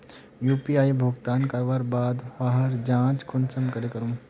UPI भुगतान करवार बाद वहार जाँच कुंसम करे करूम?